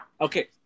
Okay